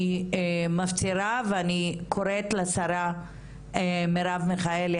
אני מפצירה ואני קוראת לשרה מירב מיכאלי